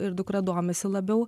ir dukra domisi labiau